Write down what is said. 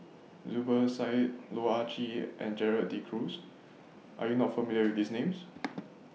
Zubir Said Loh Ah Chee and Gerald De Cruz Are YOU not familiar with These Names